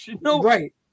Right